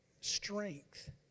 strength